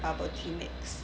bubble tea mix